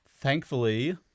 thankfully